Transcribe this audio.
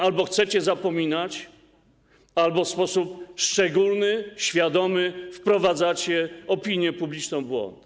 Albo chcecie o tym zapomnieć, albo w sposób szczególny, świadomy wprowadzacie opinię publiczną w błąd.